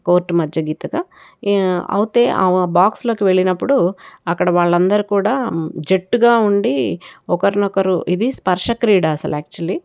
court మద్దిగీతగా అయితే ఆ బాక్స్ మధ్యలోకి వెళ్ళినప్పుడు అక్కడ వాళ్ళందరూ కూడా జట్టుగా ఉండి ఒకరినొకరు ఇది స్పర్శ క్రీడా అసల యాక్చువల్లీ